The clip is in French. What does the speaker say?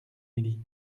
midi